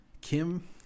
Kim